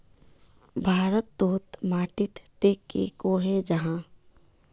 भारत तोत माटित टिक की कोहो जाहा?